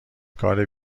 کار